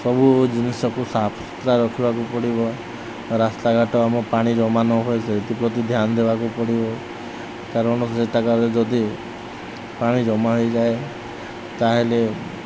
ସବୁ ଜିନିଷକୁ ସଫାସୁତୁରା ରଖିବାକୁ ପଡ଼ିବ ରାସ୍ତାଘାଟ ଆମ ପାଣି ଜମା ନ ହଏ ସେଥିପ୍ରତି ଧ୍ୟାନ ଦେବାକୁ ପଡ଼ିବ କାରଣ ସେ ଜାଗାରେ ଯଦି ପାଣି ଜମା ହେଇଯାଏ ତା'ହେଲେ